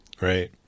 Right